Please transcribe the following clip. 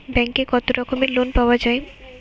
ব্যাঙ্কে কত রকমের লোন পাওয়া য়ায়?